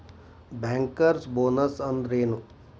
Bankers bonus ಅಂದ್ರೇನು?